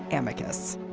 amicus.